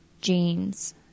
jeans